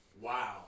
Wow